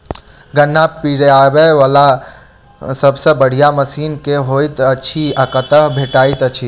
गन्ना पिरोबै वला सबसँ बढ़िया मशीन केँ होइत अछि आ कतह भेटति अछि?